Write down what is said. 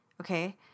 Okay